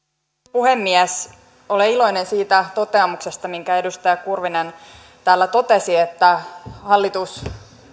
puhemies olen iloinen siitä toteamuksesta minkä edustaja kurvinen täällä totesi että hallitus